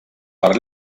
per